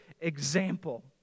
example